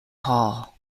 hall